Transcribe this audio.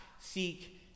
seek